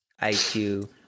IQ